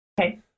Okay